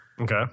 Okay